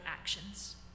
actions